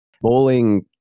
bowling